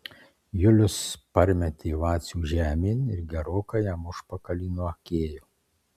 julius parmetė vacių žemėn ir gerokai jam užpakalį nuakėjo